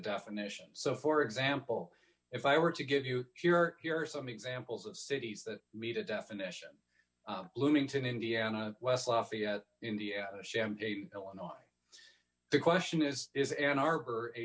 definition so for example if i were to give you your here are some examples of cities that meta definition bloomington indiana west lafayette indiana champagne illinois the question is is an arbor a